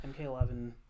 MK11